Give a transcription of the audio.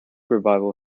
revival